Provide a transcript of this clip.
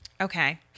Okay